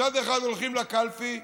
מצד אחד הולכים לקלפי,